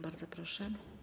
Bardzo proszę.